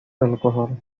alcohol